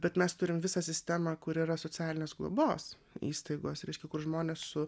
bet mes turim visą sistemą kur yra socialinės globos įstaigos reiškia kur žmonės su